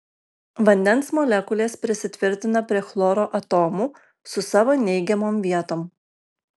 vandens molekulės prisitvirtina prie chloro atomų su savo neigiamom vietom